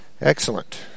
Excellent